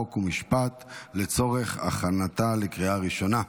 חוק ומשפט לצורך הכנתה לקריאה ראשונה.